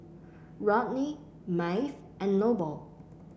Rodney Maeve and Noble